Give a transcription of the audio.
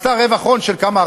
ועשתה רווח הון של כמה?